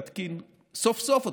סוף-סוף אטרקטיבי,